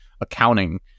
accounting